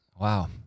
Wow